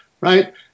right